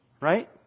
Right